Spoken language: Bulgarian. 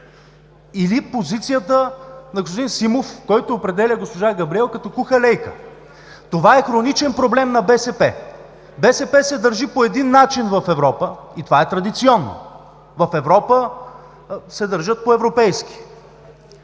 или е позицията на господин Симов, който определя госпожа Габриел като „куха лейка“? Това е хроничен проблем на БСП – БСП се държи по един начин в Европа, и това е традиционно. В Европа се държат по европейски,